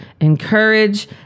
encourage